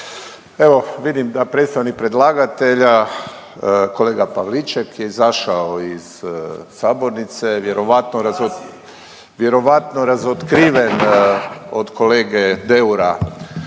evo vidim da predstavnik predlagatelja kolega Pavliček je izašao iz sabornice vjerojatno, vjerojatno razotkriven od kolege Deura,